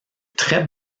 traite